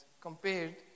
compared